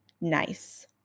nice